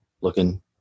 looking